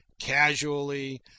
casually